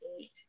eight